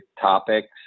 topics